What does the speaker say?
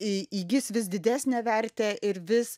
į įgis vis didesnę vertę ir vis